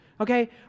okay